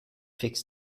fix